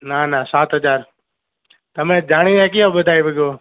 ના ના સાત હજાર તમે જાણીને કહો બધાય બધુ